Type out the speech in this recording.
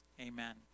Amen